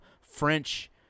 French